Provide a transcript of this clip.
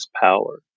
power